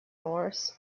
norse